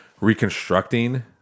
reconstructing